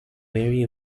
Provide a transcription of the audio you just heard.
weary